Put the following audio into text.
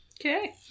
Okay